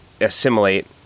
assimilate